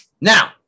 now